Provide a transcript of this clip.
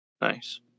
Nice